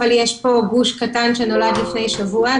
אבל יש פה גוש קטן שנולד לפני שבוע,